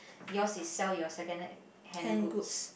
yours is sell your secondh~ hand goods